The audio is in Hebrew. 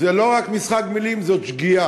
זה לא רק משחק מילים, זאת שגיאה.